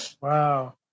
Wow